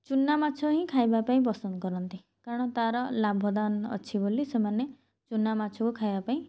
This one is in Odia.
ଚୁନା ମାଛ ହିଁ ଖାଇବା ପାଇଁ ପସନ୍ଦ କରନ୍ତି କାରଣ ତା'ର ଲାଭଦାନ ଅଛି ବୋଲି ସେମାନେ ଚୁନା ମାଛକୁ ଖାଇବା ପାଇଁ